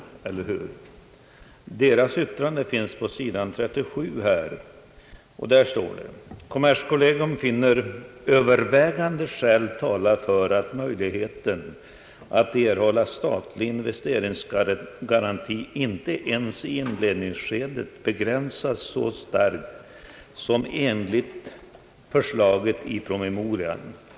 I dess yttrande står det: »Kommerskollegium finner övervägande skäl tala för att möjligheten att erhålla statlig investeringsgaranti inte ens i inledningsskedet begränsas så starkt som enligt förslaget i promemorian.